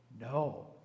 No